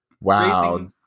Wow